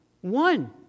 One